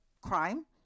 crime